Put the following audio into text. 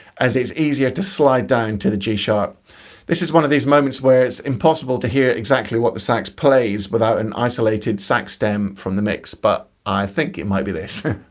as it's easier to slide down to the g. this is one of these moments where it's impossible to hear exactly what the sax plays without an isolated sax stem from the mix but i think it might be this.